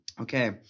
Okay